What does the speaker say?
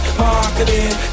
marketing